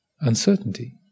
uncertainty